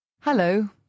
Hello